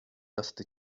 dusty